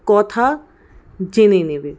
কথা জেনে নেবে